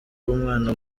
w’umwana